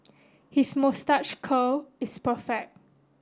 his moustache curl is perfect